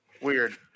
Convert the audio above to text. Weird